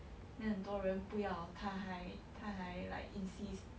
then 很多人不要他还他还 like insist